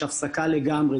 יש הפסקה לגמרי.